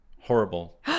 horrible